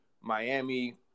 Miami